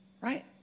Right